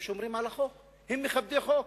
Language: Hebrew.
הם שומרים על החוק, הם מכבדי חוק.